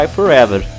Forever